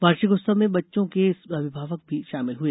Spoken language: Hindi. वार्षिकोत्सव में बच्चों के अभिभावक भी शामिल हुए